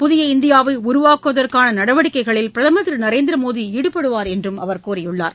புதிய இந்தியாவை உருவாக்குவதற்கான நடவடிக்கைகளில் பிரதமர் திரு நநரேந்திரமோடி ஈடுபடுவார் என்றும் அவர் கூறியுள்ளார்